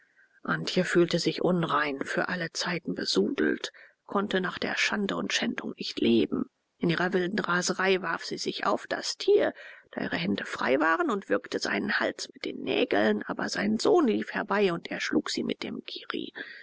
antje fühlte sich unrein für alle zeiten besudelt konnte nach der schande und schändung nicht leben in ihrer wilden raserei warf sie sich auf das tier da ihre hände frei waren und würgte seinen hals mit den nägeln aber sein sohn lief herbei und erschlug sie mit dem kirri